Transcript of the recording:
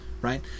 right